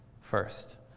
first